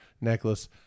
necklace